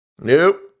Nope